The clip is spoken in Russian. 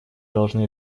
должны